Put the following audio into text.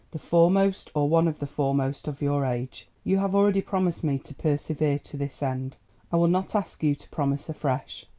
the foremost or one of the foremost of your age. you have already promised me to persevere to this end i will not ask you to promise afresh.